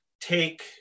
take